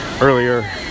Earlier